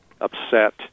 upset